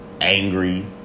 angry